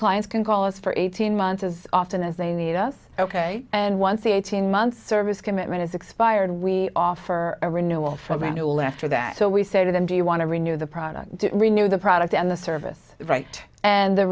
clients can call us for eighteen months as often as they need us ok and once the eighteen month service commitment is expired we offer a renewal from around all after that so we say to them do you want to renew the product renew the product and the service right and the